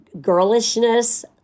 girlishness